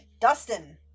Dustin